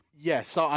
Yes